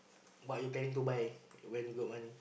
but you planning to buy when you got money